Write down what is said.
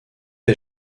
est